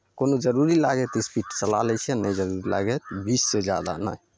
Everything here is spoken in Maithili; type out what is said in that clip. कोनो जरूरी लागै हइ तऽ स्पीड चला लै छियै नहि जरूरी लागै हइ बीससँ जादा नहि